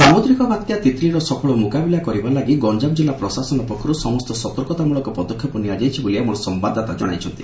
ସାମୁଦ୍ରିକ ବାତ୍ୟା ତିତ୍ଲିର ସଫଳ ମୁକାବିଲା କରିବା ଲାଗି ଗଞ୍ଞାମ ଜିଲ୍ଲା ପ୍ରଶାସନ ପକ୍ଷରୁ ସମସ୍ତ ସତର୍କତାମ଼୍ଳକ ପଦକ୍ଷେପ ନିଆଯାଇଛି ବୋଲି ଆମ ସମ୍ୟାଦଦାତା ଜଣାଇଛନ୍ତି